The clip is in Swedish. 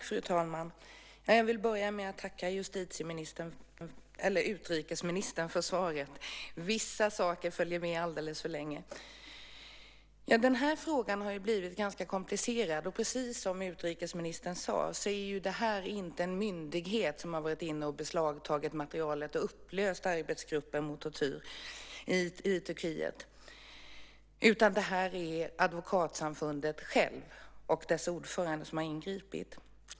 Fru talman! Jag vill börja med att tacka utrikesministern för svaret. Den här frågan har blivit ganska komplicerad. Precis som utrikesministern sade är det inte en myndighet som har beslagtagit materialet och upplöst arbetsgruppen mot tortyr i Turkiet, utan det är advokatsamfundet självt och dess ordförande som har ingripit.